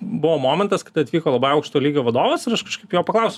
buvo momentas kada atvyko labai aukšto lygio vadovas ir aš kažkaip jo paklausiau